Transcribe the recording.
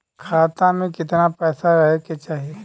खाता में कितना पैसा रहे के चाही?